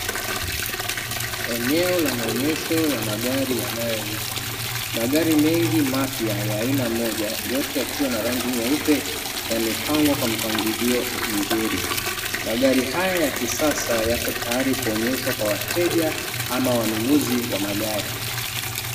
Eneo la maonyesho ya magari yanayouzwa, magari mengi mapya ya aina moja yote yakiwa na rangi nyeupe yamepangwa kwa mpangilio mzuri magari haya ya kisasa yako tayari kuonyeshwa kwa wateja ama wanunuzi wa magari.